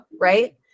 Right